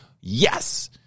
Yes